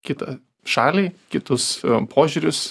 kitą šalį kitus požiūrius